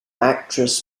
actress